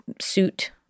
suit